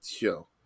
show